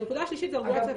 אגב,